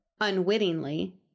unwittingly